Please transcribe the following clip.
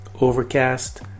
Overcast